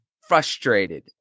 frustrated